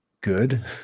good